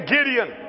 Gideon